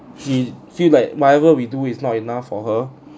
she feel like whatever we do is not enough for her